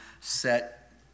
set